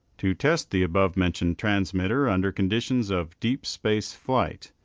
to test the above-mentioned transmitter under conditions of deep space flight.